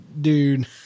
Dude